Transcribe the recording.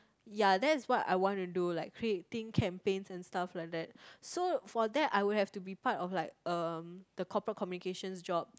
ya that's what I want to do like creating campaigns and stuff like that so for that I would have to be part of like um the corperate communications job